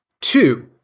Two